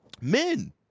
Men